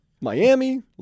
Miami